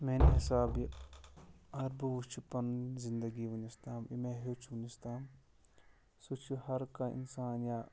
میٛانہِ حسابہِ اگر بہٕ وٕچھِ پَنٕنۍ زِندٕگی وٕنیٚک تام یہِ مےٚ ہیوٚچھ وٕنیُک تام سُہ چھُ ہرکانٛہہ اِنسان یا